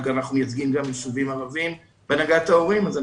אנחנו מייצגים בהנהגת ההורים גם ישובים